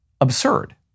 absurd